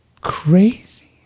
crazy